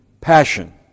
passion